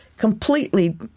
completely